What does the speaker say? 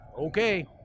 Okay